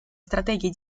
стратегий